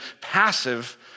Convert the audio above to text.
passive